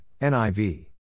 NIV